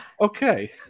okay